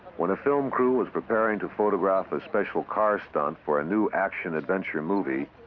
when a film crew was preparing to photograph a special car stunt for a new action-adventure movie,